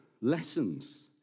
lessons